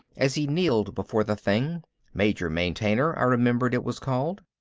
as he kneeled before the thing major maintainer, i remembered it was called.